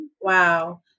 Wow